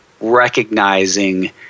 recognizing